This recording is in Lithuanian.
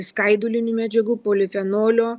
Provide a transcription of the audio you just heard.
skaidulinių medžiagų polifenolio